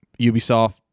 ubisoft